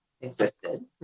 existed